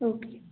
okay